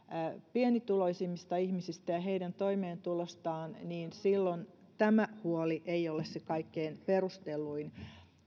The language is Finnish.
pienituloisimmista ihmisistä ja heidän toimeentulostaan niin silloin tämä huoli ei ole se kaikkein perustelluin